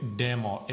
demo